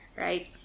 right